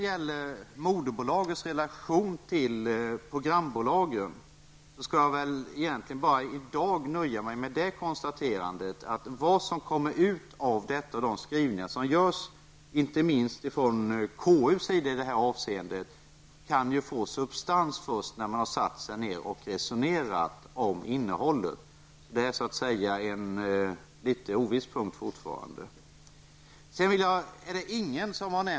Om moderbolagets relationer till programbolagen skall jag i dag nöja mig med konstaterandet att vad som kommer ut av detta -- de skrivningar som görs, inte minst från KUs sida -- kan få substans först när man har satt sig ner och resonerat om innehållet. Detta är en något oviss punkt fortfarande.